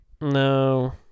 No